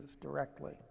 directly